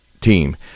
team